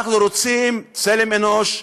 אנחנו רוצים צלם אנוש,